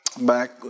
back